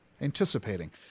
anticipating